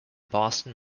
boston